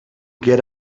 get